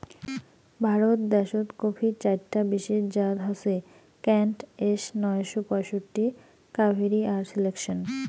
ভারত দেশ্ত কফির চাইরটা বিশেষ জাত হসে কেন্ট, এস নয়শো পঁয়ষট্টি, কাভেরি আর সিলেকশন